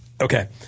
Okay